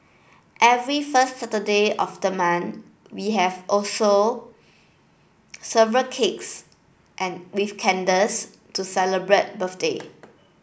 every first Saturday of the month we also have several cakes and with candles to celebrate birthday